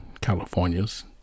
California's